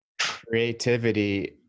creativity